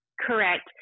correct